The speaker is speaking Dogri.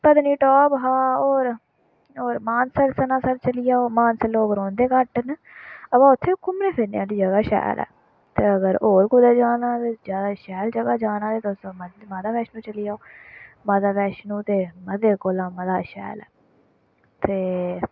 पत्नीटॉप हा होर होर मानसर सनासर चली जाओ मानसर लोक रौंह्दे घट्ट न अवा उत्थें बी घूमने फिरने आह्ली जगह् शैल ऐ ते अगर होर कुदै जाना ते ज्यादा शैल जगह् जाना ते तुस मर्जी माता बैश्नो चली जाओ माता बैश्नो ते मते कोला मता शैल ऐ ते